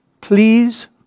please